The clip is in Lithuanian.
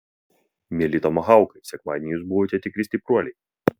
mieli tomahaukai sekmadienį jūs buvote tikri stipruoliai